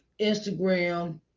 Instagram